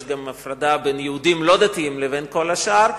יש גם הפרדה בין יהודים לא דתיים לבין כל השאר.